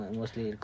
mostly